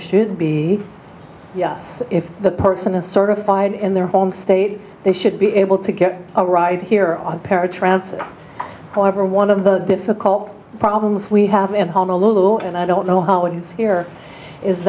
should be yes if the person is certified in their home state they should be able to get a ride here on paratransit however one of the difficult problems we have in honolulu and i don't know how it's here is